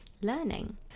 learning